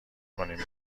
کنین